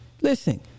Listen